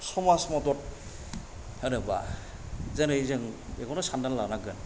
समाज मदद होनोब्ला दिनै जों बेखौनो सानना लानांगोन